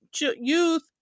youth